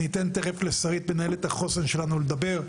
אני אתן תכף לשרית, מנהלת החוסן שלנו, לדבר.